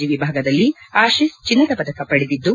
G ವಿಭಾಗದಲ್ಲಿ ಆತಿಸ್ ಚನ್ನದ ಪದಕ ಪಡೆದಿದ್ದು